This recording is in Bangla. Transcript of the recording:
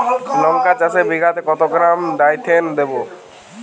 লঙ্কা চাষে বিঘাতে কত গ্রাম ডাইথেন দেবো?